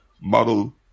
model